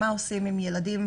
מה עושים עם ילדים,